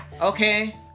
Okay